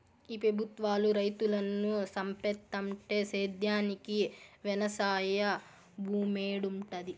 ఈ పెబుత్వాలు రైతులను సంపేత్తంటే సేద్యానికి వెవసాయ భూమేడుంటది